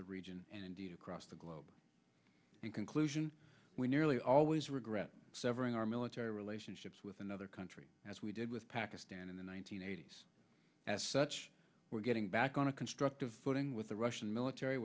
the region and indeed across the globe in conclusion we nearly always regret severing our military relationships with another country as we did with pakistan in the one nine hundred eighty s as such we're getting back on a constructive footing with the russian military